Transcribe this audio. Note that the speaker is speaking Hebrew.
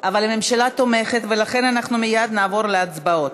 אבל הממשלה תומכת, ולכן אנחנו מייד נעבור להצבעות,